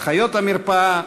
לאחיות המרפאה,